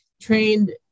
trained